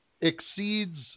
exceeds